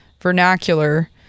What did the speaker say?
vernacular